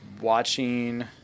watching